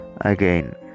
again